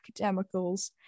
Academicals